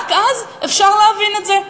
רק אז אפשר להבין את זה.